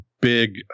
big